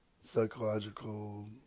psychological